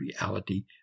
reality